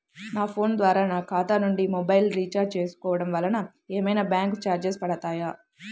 నా ఫోన్ ద్వారా నా ఖాతా నుండి మొబైల్ రీఛార్జ్ చేసుకోవటం వలన ఏమైనా బ్యాంకు చార్జెస్ పడతాయా?